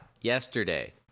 yesterday